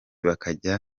bakajya